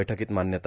बैठकीत मान्यता